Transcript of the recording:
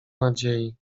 nadziei